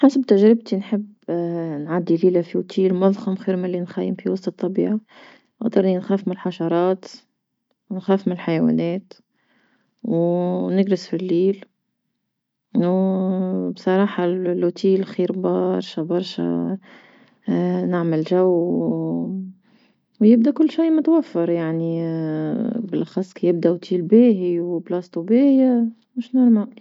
حسب تجربتي نحب نعدي ليلة في فندق مذخم خير ملي نخيم في وسط الطبيعة، خاطري نخاف من الحشرات ونخاف من الحيوانات ونجلس في الليل وبصراحة الفندق خير برشا برشا نعمل جو ويبدا كل شي متوفر يعني بالأخص كيبدا فندق باهي وبلاصتو باهية مش عادي.